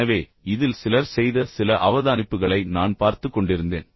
எனவே இதில் சிலர் செய்த சில அவதானிப்புகளை நான் பார்த்துக் கொண்டிருந்தேன்